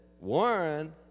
Warren